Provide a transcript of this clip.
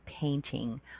painting